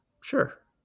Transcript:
sure